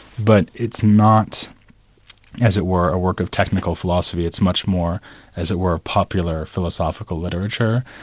but it's not as it were, a work of technical philosophy, it's much more as it were, popular philosophical literature.